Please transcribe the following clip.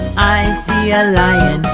i see a lion.